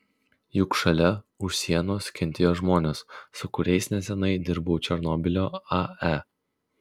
juk šalia už sienos kentėjo žmonės su kuriais neseniai dirbau černobylio ae